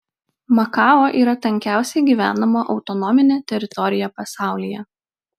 makao yra tankiausiai gyvenama autonominė teritorija pasaulyje